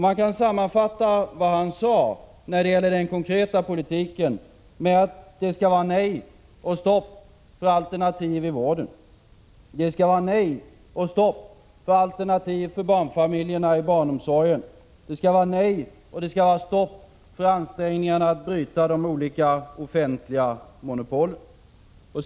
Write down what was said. Man kan sammanfatta vad han sade när det gäller den konkreta politiken med att det skall vara nej och stopp för alternativ i vården. Det skall vara nej och stopp för alternativ för barnfamiljerna när det gäller barnomsorgen. Det skall vara nej och stopp för ansträngningarna att bryta de olika offentliga monopolen.